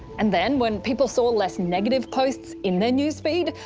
and then when people saw less negative posts in their news feed,